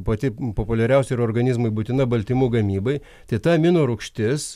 pati populiariausia ir organizmui būtina baltymų gamybai tai ta amino rūgštis